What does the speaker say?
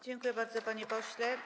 Dziękuję bardzo, panie pośle.